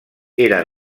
era